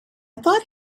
thought